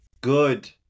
Good